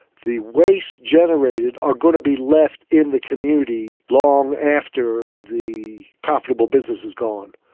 the wastes generated are going to be left in the community long after the profitable business is gone.